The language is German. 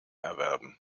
erwerben